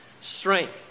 strength